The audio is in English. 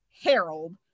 Harold